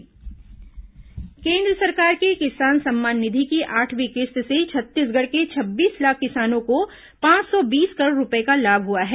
भाजपा सम्मान निधि केन्द्र सरकार की किसान सम्मान निधि की आठवीं किश्त से छत्तीसगढ़ के छब्बीस लाख किसानों को पांच सौ बीस करोड़ रूपए का लाभ हुआ है